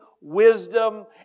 wisdom